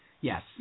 Yes